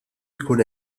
jkun